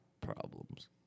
problems